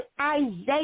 Isaiah